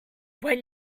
when